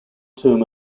term